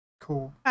Cool